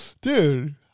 Dude